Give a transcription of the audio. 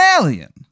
alien